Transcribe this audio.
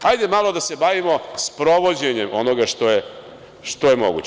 Hajde malo da se bavimo sprovođenjem onoga što je moguće.